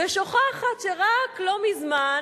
ושוכחת שרק לא מזמן